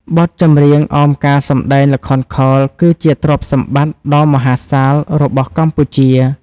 បទចម្រៀងអមការសម្ដែងល្ខោនខោល គឺជាទ្រព្យសម្បត្តិដ៏មហាសាលរបស់កម្ពុជា។